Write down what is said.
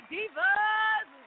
Divas